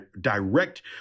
direct